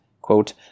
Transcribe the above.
quote